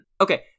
Okay